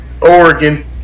Oregon